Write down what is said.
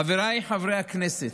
חבריי חברי הכנסת,